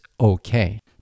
okay